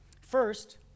First